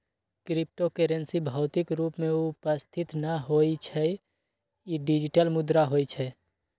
crypto currency भौतिक रूप में उपस्थित न होइ छइ इ डिजिटल मुद्रा होइ छइ